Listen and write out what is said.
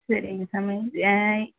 சரிங்க சாமி என்